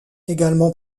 également